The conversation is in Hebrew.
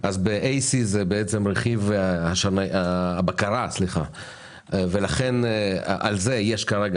אז ב-AC זה רכיב הבקרה ולכן על זה יש מס כרגע,